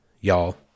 Y'all